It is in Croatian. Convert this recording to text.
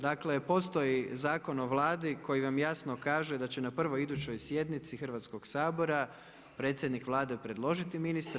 Dakle, postoji Zakon o Vladi koji vam jasno kaže da će na prvoj idućoj sjednici Hrvatskog sabora predsjednik Vlade predložiti ministre.